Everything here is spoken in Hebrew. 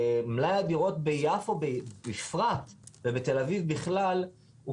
מלאי הדירות ביפו בפרט ובתל אביב בכלל הוא